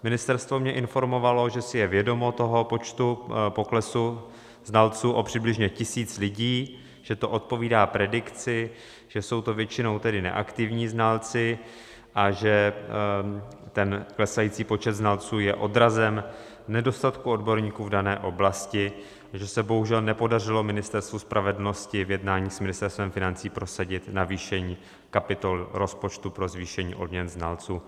Ministerstvo mě informovalo, že si je vědomo počtu poklesu znalců o přibližně 1 000 lidí, že to odpovídá predikci, že jsou to většinou neaktivní znalci, že ten klesající počet znalců je odrazem nedostatku odborníků v dané oblasti a že se bohužel nepodařilo Ministerstvu spravedlnosti v jednání s Ministerstvem financí prosadit navýšení kapitoly rozpočtu pro zvýšení odměn znalců.